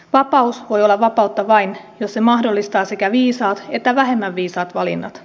vapaus voi olla vapautta vain jos se mahdollistaa sekä viisaat että vähemmän viisaat valinnat